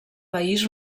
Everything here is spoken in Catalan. país